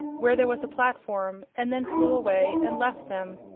where there was a platform, and then flew away and left them.